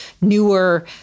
newer